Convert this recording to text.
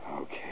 Okay